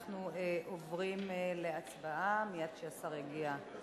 אנחנו עוברים להצבעה מייד כשהשר יגיע,